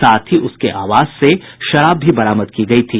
साथ ही उसके आवास से शराब भी बरामद की गई थी